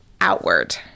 outward